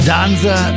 Danza